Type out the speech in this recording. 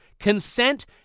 consent